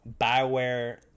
Bioware